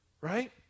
right